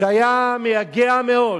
שהיה מייגע מאוד,